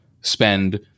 spend